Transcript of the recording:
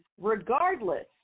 regardless